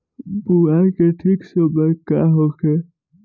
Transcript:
बुआई के ठीक समय का होखे?